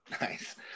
Nice